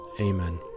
Amen